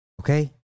Okay